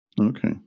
Okay